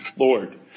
Lord